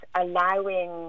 allowing